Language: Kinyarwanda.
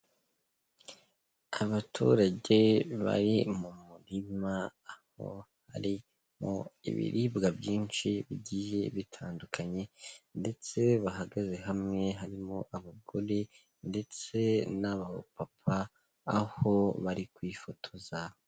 Abaturage bari mu murima aho harimo ibiribwa byinshi bigiye bitandukanye ndetse bahagaze hamwe harimo abagore ndetse n'abapapa aho bari kwifotoza.